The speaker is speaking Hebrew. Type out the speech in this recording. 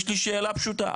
יש לי שאלה פשוטה,